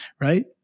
right